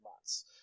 months